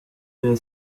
der